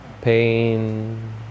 Pain